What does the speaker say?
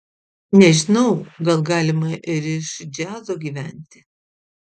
nežinau gal galima ir iš džiazo gyventi